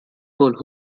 wohl